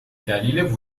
دلیل